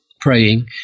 praying